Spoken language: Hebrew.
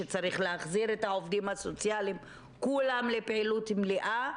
שצריך להחזיר את העובדים הסוציאליים כולם לפעילות מלאה.